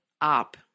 up